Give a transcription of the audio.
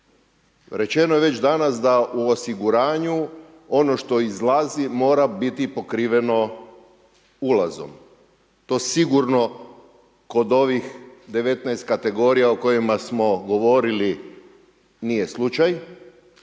Rečeno je već danas da u osiguranju ono što izlazi mora biti pokriveno ulazom, to sigurno kod ovih 19 kategorija o kojima smo govorili nije slučaj,